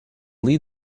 lead